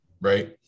right